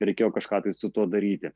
reikėjo kažką tai su tuo daryti